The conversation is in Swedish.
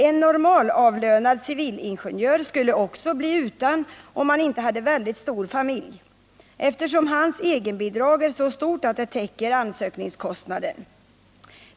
En normalavlönad civilingenjör skulle också bli utan om han inte hade väldigt stor familj, eftersom hans egenbidrag är så stort att det täcker ansökningskostnaden.